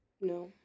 No